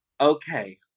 Okay